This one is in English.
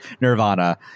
Nirvana